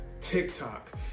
TikTok